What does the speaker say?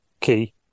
key